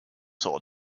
sword